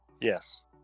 yes